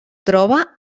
troba